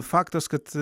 faktas kad